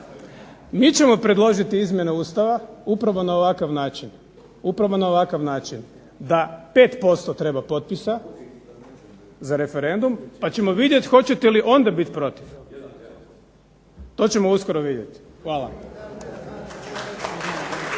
mi ćemo predložiti izmjene Ustava upravo na ovakav način, upravo na ovakav način da 5% treba potpisa za referendum, pa ćemo vidjeti hoćete li onda biti protiv. To ćemo uskoro vidjeti. Hvala.